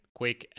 quick